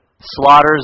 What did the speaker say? slaughters